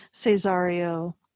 Cesario